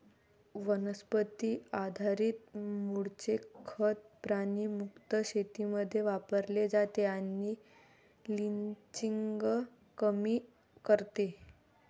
वनस्पती आधारित मूळचे खत प्राणी मुक्त शेतीमध्ये वापरले जाते आणि लिचिंग कमी करते